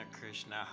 Krishna